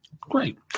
Great